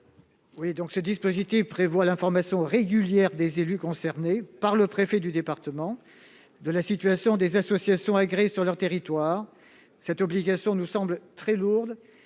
Cet article impose une information régulière des élus concernés, par le préfet du département, quant à la situation des associations agréées dans leur territoire. Cette obligation nous semble très lourde